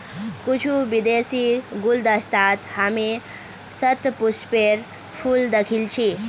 कुछू विदेशीर गुलदस्तात हामी शतपुष्पेर फूल दखिल छि